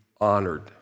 honored